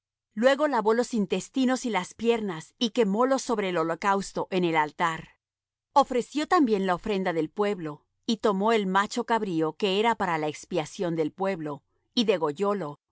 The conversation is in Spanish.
luego lavó los intestinos y las piernas y quemólos sobre el holocausto en el altar ofreció también la ofrenda del pueblo y tomó el macho cabrío que era para la expiación del pueblo y degollólo y